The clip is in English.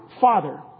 father